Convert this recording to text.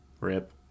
Rip